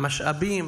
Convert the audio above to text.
המשאבים,